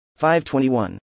521